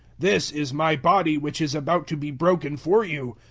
this is my body which is about to be broken for you.